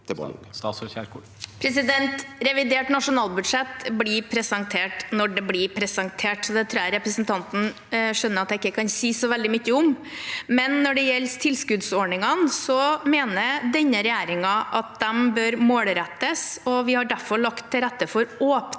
Revidert nasjo- nalbudsjett blir presentert når det blir presentert, så det tror jeg representanten skjønner at jeg ikke kan si så veldig mye om. Når det gjelder tilskuddsordningene, mener denne regjeringen at de bør målrettes, og vi har derfor lagt til rette for åpne